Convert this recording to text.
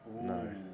No